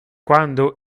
quando